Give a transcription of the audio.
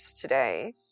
today